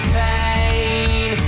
pain